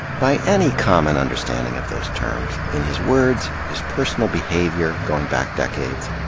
by any common understanding of those terms, in his words, his personal behavior going back decades,